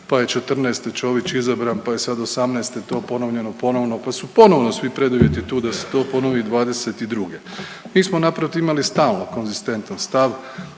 pa je '14. Čović izabran pa je sad '18. to ponovljeno ponovno, pa su ponovno svi preduvjeti tu da se to ponovi '22. Mi smo naprotiv imali stalno konzistentan stav